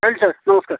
ରହିଲି ସାର୍ ନମସ୍କାର୍